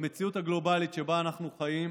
במציאות הגלובלית שבה אנחנו חיים,